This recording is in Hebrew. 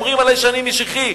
שאומרים עלי שאני משיחי.